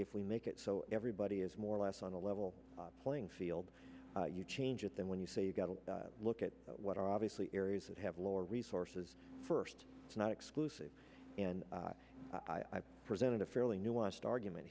if we make it so everybody is more or less on a level playing field you change it then when you say you've got to look at what are obviously areas that have lower resources first it's not exclusive and i've presented a fairly nuanced argument